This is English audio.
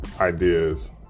ideas